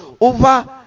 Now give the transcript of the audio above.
over